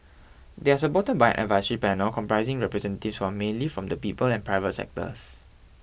they are supported by an advisory panel comprising representatives who are mainly from the people and private sectors